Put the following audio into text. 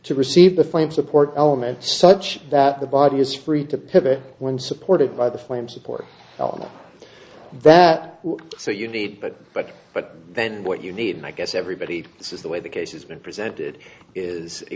to receive the flame support element such that the body is free to pivot when supported by the flame support that so you need but but but then what you need i guess everybody this is the way the case has been presented is a